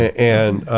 and